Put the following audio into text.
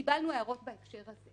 קיבלנו הערות בהקשר הזה